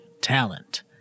talent